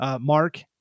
Mark